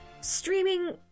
streaming